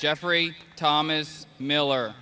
geoffrey thomas miller